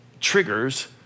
triggers